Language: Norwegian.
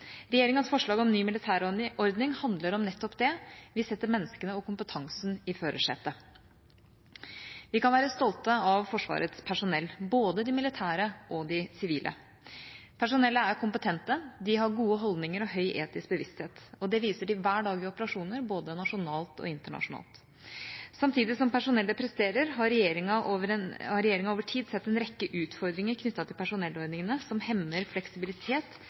Regjeringas forslag om ny militærordning handler om nettopp det: Vi setter menneskene og kompetansen i førersetet. Vi kan være stolte av Forsvarets personell, både de militære og de sivile. Personellet er kompetente, de har gode holdninger og høy etisk bevissthet – og det viser de hver dag i operasjoner både nasjonalt og internasjonalt. Samtidig som personellet presterer, har regjeringa over tid sett en rekke utfordringer knyttet til personellordningene som hemmer fleksibilitet, effektivitet og operativ evne. Dagens ordninger er unødvendig kompliserte. De gir ikke tilstrekkelig fleksibilitet